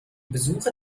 besuche